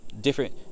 different